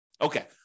Okay